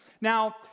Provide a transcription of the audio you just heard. Now